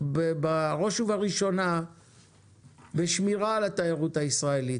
בראש ובראשונה בשמירה על התיירות הישראלית,